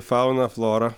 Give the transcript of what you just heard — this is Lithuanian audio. fauną florą